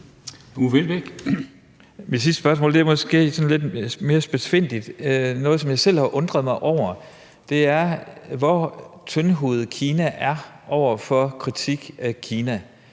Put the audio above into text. Uffe Elbæk (UFG): Mit sidste spørgsmål er måske sådan lidt mere spidsfindigt. Noget, som jeg selv har undret mig over, er, hvor tyndhudet Kina er over for kritik af Kina.